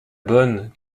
bonne